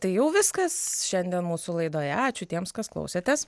tai jau viskas šiandien mūsų laidoje ačiū tiems kas klausėtės